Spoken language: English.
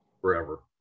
forever